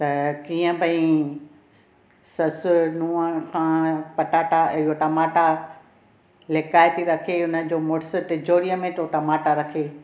त कीअं भइ ससु नूंहं खां पटाटा इहो टमाटा लिकाए थी रखे इहो हुन जो मुड़सु तिजोरीअ में थो टमाटा रखे